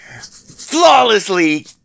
flawlessly